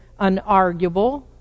unarguable